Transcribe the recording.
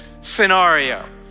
scenario